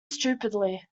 stupidly